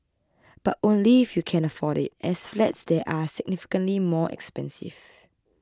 but only if you can afford it as flats there are significantly more expensive